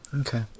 Okay